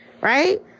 Right